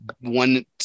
one